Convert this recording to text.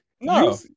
No